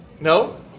No